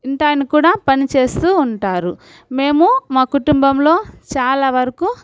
ఇంటాయన కూడా పని చేస్తూ ఉంటారు మేము మా కుటుంభంలో చాలా వరకు